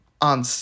on